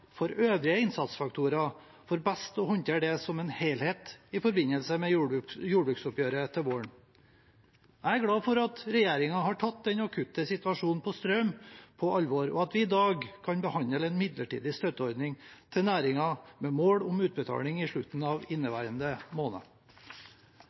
for øvrige innsatsfaktorer, for best å håndtere det som en helhet i forbindelse med jordbruksoppgjøret til våren. Jeg er glad for at regjeringen har tatt den akutte situasjonen på strøm på alvor, og at vi i dag kan behandle en midlertidig støtteordning til næringen, med mål om utbetaling i slutten av